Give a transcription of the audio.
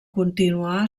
continuà